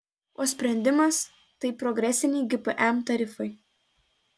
o sprendimas tai progresiniai gpm tarifai